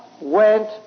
went